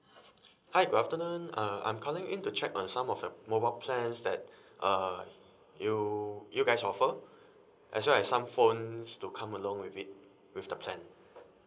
hi good afternoon uh I'm calling in to check on some of your mobile plans that uh you you guys offer as well as some phones to come along with it with the plan